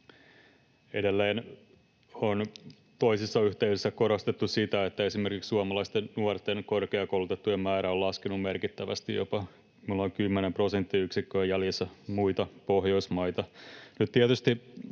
Edelleen on toisessa yhteydessä korostettu sitä, että esimerkiksi suomalaisten nuorten korkeakoulutettujen määrä on laskenut merkittävästi, me ollaan jopa kymmenen prosenttiyksikköä jäljessä muita Pohjoismaita.